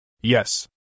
Yes